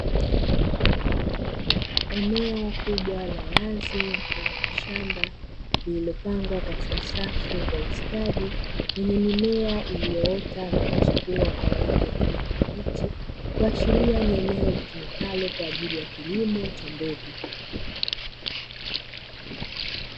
Eneo kubwa la wazi mfano wa shamba lililopangwa katika safu kwa ustadi wenye mimea iliyoota na kuchipua kwa rangi ya kibichi kuashiria ni eneo litumikalo kwa ajili ya kilimo cha mbegu.